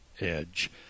edge